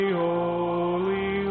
holy